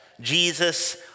Jesus